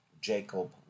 Jacob